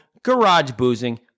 GARAGEBOOZING